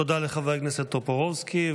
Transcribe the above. תודה לחבר הכנסת טופורובסקי.